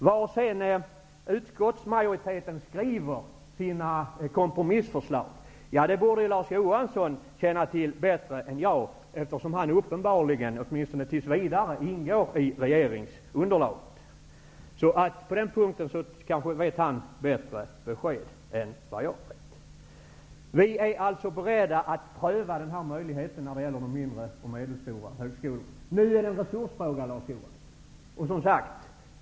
Hur utskottsmajoriteten skriver sina förslag till kompromisser borde Larz Johansson känna till bättre än jag, eftersom han uppenbarligen, åtminstone tills vidare, ingår i regeringsunderlaget. På den punkten vet han bättre besked än vad jag vet. Vi är alltså beredda att pröva möjligheten när det gäller de mindre och medelstora högskolorna. Nu är det fråga om resurser, Larz Johansson.